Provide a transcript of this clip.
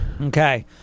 Okay